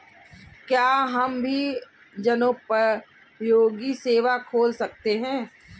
क्या हम भी जनोपयोगी सेवा खोल सकते हैं?